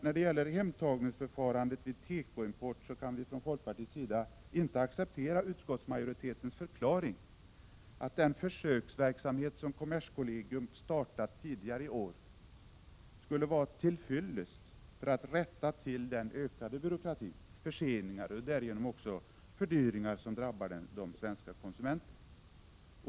När det gäller hemtagningsförfarandet vid tekoimport kan vi från folkpartiets sida ej acceptera utskottsmajoritetens förklaring att den försöksverksamhet som kommerskollegium startat tidigare i år skulle vara till fyllest för att rätta till den ökade byråkratin, de förseningar och därigenom också fördyringar som drabbar de svenska konsumenterna.